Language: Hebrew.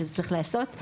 שצריך לעשות,